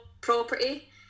property